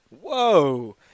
Whoa